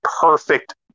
perfect